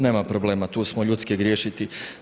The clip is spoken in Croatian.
Nema problema, tu smo, ljudski je griješiti.